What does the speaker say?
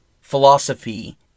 philosophy